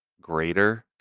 greater